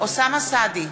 אוסאמה סעדי,